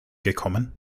gekommen